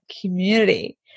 community